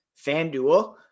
FanDuel